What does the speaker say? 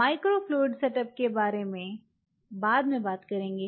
microfluid setup के बारे में बाद में बात करेंगे